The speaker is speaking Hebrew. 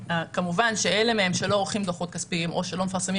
כמובן שאלה מהם שלא עורכים דוחות כספיים או שלא מפרסמים